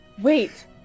Wait